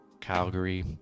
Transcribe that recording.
Calgary